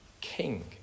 king